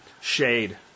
Shade